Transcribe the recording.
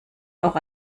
auch